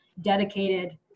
dedicated